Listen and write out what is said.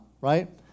right